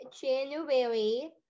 January